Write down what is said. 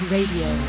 Radio